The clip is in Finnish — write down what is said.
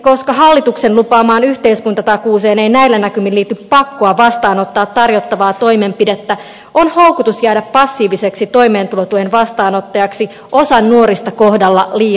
koska hallituksen lupaamaan yhteiskuntatakuuseen ei näillä näkymin liity pakkoa vastaanottaa tarjottavaa toimenpidettä on houkutus jäädä passiiviseksi toimeentulotuen vastaanottajaksi osan nuorista kohdalla liian suuri